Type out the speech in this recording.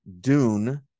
Dune